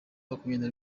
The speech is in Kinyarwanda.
makumyabiri